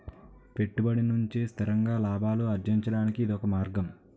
పెట్టుబడి నుంచి స్థిరంగా లాభాలు అర్జించడానికి ఇదొక మార్గం